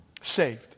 saved